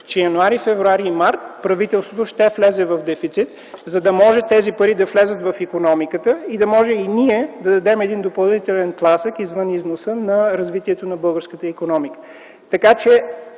януари, февруари и март правителството ще влезе в дефицит, за да може тези пари да влязат в икономиката и да може ние да дадем един допълнителен тласък извън износа на развитието на българската икономика.